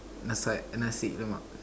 Nasai Nasi-Lemak